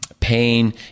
pain